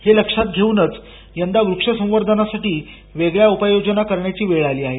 हे लक्षात घेऊनच यंदा वृक्षसंवर्धनासाठी वेगळ्या उपाययोजना करण्याची वेळ आली आहे